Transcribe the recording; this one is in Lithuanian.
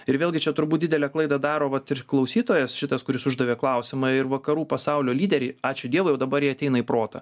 ir vėlgi čia turbūt didelę klaidą daro vat ir klausytojas šitas kuris uždavė klausimą ir vakarų pasaulio lyderiai ačiū dievui jau dabar jie ateina į protą